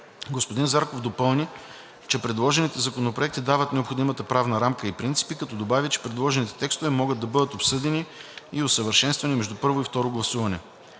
Господин Зарков допълни, че предложените законопроекти дават необходимата правна рамка и принципи, като добави, че предложените текстове могат да бъдат обсъдени и усъвършенствани между първо и второ гласуване.